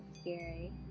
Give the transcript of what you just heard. scary